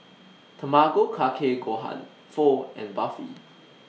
Tamago Kake Gohan Pho and Barfi